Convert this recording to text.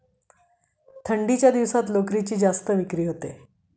थंडीच्या दिवसात लोकरीची जास्त विक्री होते